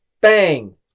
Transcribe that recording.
bang